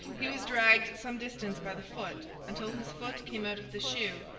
he was dragged some distance by the foot, until his foot came out of the shoe,